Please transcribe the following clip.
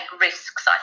risks